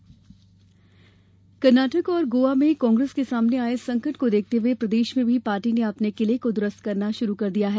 कर्नाटक कर्नाटक और गोवा में कांग्रेस के सामने आए संकट को देखते हुए प्रदेश में भी पार्टी ने अपने किले को दुरूस्त करना शुरू कर दिया है